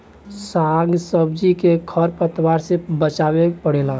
साग सब्जी के खर पतवार से बचावे के पड़ेला